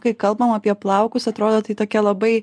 kai kalbam apie plaukus atrodo tai tokia labai